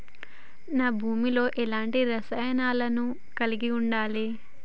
నా భూమి లో ఎలాంటి రసాయనాలను కలిగి ఉండాలి?